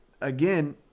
Again